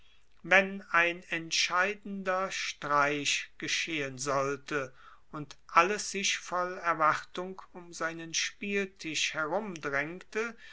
wenn ein entscheidender streich geschehen sollte und alles sich voll erwartung um seinen spieltisch